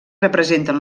representen